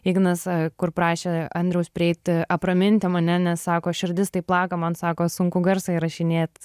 ignas kur prašė andriaus prieit apraminti mane nes sako širdis taip plaka man sako sunku garsą įrašinėt